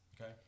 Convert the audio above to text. Okay